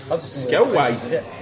Skill-wise